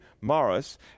Morris